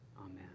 Amen